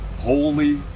holy